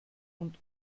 und